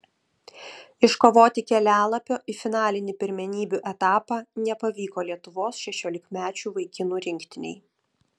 iškovoti kelialapio į finalinį pirmenybių etapą nepavyko lietuvos šešiolikmečių vaikinų rinktinei